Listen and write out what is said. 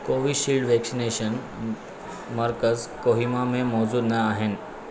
Covishield vaccination मर्कज़ कोहिमा में मौजूदु न आहिनि